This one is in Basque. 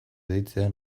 deitzea